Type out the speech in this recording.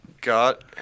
Got